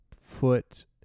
foot